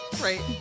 Right